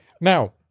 Now